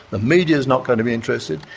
the media is not going to be interested.